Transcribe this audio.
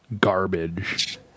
garbage